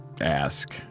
ask